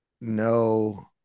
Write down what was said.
No